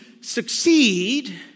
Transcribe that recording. succeed